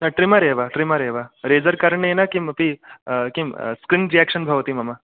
trimmer एव trimmer एव razor करणेन किमपि किं स्किन् रियाक्षन् भवति मम